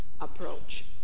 approach